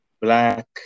black